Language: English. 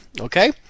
Okay